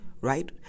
right